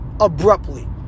abruptly